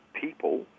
people